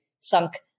sunk